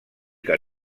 que